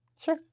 Sure